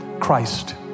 Christ